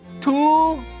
two